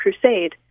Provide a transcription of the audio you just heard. Crusade